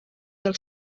del